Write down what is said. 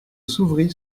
s’ouvrit